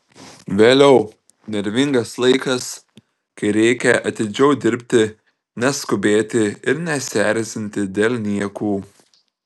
vėliau nervingas laikas kai reikia atidžiau dirbti neskubėti ir nesierzinti dėl niekų